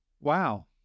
wow